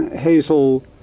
Hazel